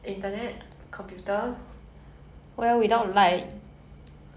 true oh did you watch the show about like the girl inventing paper